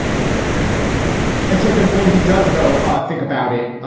interesting and so then when he does, though. think about it.